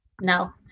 No